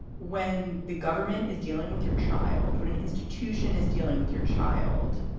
when the government is dealing with your child, when an institution is dealing with your child.